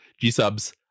g-sub's